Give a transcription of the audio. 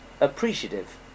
appreciative